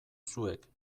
zuek